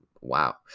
wow